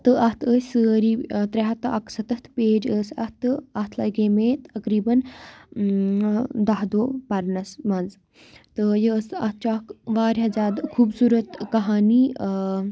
تہٕ اَتھ ٲسۍ سٲرِی تِرٛےٚ ہَتھ تہٕ اَکہٕ سَتَتھ پِیج ٲسۍ اَتھ تہٕ اَتھ لَگے مےٚ تقریٖبَن ٲم دَہ دۄہ پَرنَس منٛز تہٕ یہِ ٲسۍ اَکھ واریاہ زِیادٕ خُوبصورَت کہانِی ٲں